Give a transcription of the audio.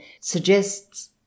suggests